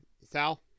Sal